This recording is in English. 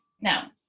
Now